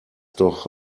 doch